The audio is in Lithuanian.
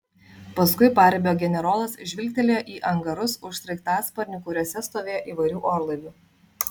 paskui paribio generolas žvilgtelėjo į angarus už sraigtasparnių kuriuose stovėjo įvairių orlaivių